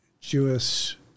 Jewish